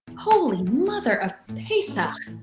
holy mother of pesach!